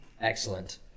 Excellent